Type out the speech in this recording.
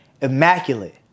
immaculate